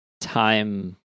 time